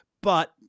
but-